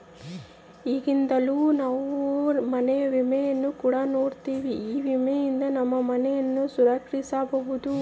ಈಗಂತೂ ನಾವು ಮನೆ ವಿಮೆಯನ್ನು ಕೂಡ ನೋಡ್ತಿವಿ, ಈ ವಿಮೆಯಿಂದ ನಮ್ಮ ಮನೆಯನ್ನ ಸಂರಕ್ಷಿಸಬೊದು